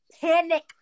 Panic